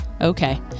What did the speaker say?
okay